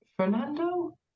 Fernando